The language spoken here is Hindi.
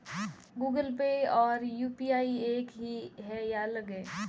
गूगल पे और यू.पी.आई एक ही है या अलग?